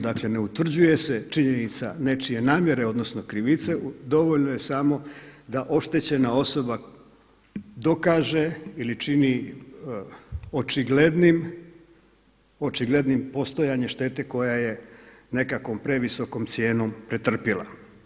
Dakle ne utvrđuje se činjenica nečije namjere odnosno krivice, dovoljno je samo da oštećena osoba dokaže ili čini očiglednim postojanje štete koja je nekakvom previsokom cijenom pretrpjela.